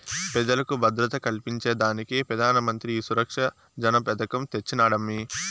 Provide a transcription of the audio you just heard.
పెజలకు భద్రత కల్పించేదానికే పెదానమంత్రి ఈ సురక్ష జన పెదకం తెచ్చినాడమ్మీ